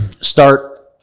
Start